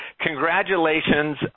congratulations